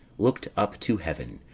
looked up to heaven,